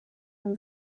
and